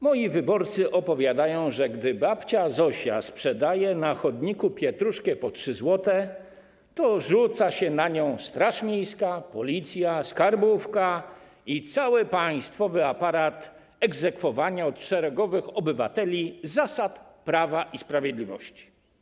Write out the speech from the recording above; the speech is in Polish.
Moi wyborcy opowiadają, że gdy babcia Zosia sprzedaje na chodniku pietruszkę po 3 zł, to rzuca się na nią straż miejska, policja, skarbówka i cały państwowy aparat egzekwowania od szeregowych obywateli zasad prawa i sprawiedliwości.